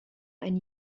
ein